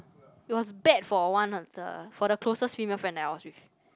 it was bad for one of the for the closest female friend that I was with